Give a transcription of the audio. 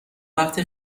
وقتی